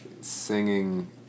Singing